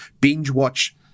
binge-watch